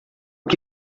que